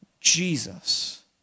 Jesus